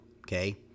okay